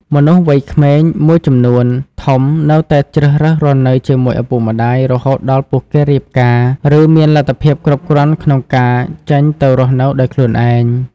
មនុស្សវ័យក្មេងមួយចំនួនធំនៅតែជ្រើសរើសរស់នៅជាមួយឪពុកម្តាយ រហូតដល់ពួកគេរៀបការ ឬមានលទ្ធភាពគ្រប់គ្រាន់ក្នុងការចេញទៅរស់នៅដោយខ្លួនឯង។